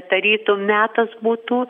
tarytum metas būtų